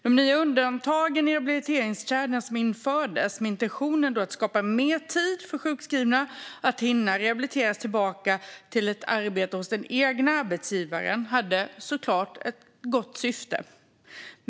De nya undantag i rehabiliteringskedjan som infördes med intentionen att skapa mer tid för sjukskrivna att hinna rehabiliteras tillbaka till ett arbete hos den egna arbetsgivaren hade såklart ett gott syfte.